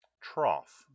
trough